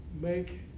make